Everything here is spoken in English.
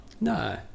no